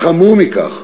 אך חמור מכך,